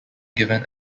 given